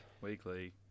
Weekly